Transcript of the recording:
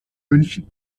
münchen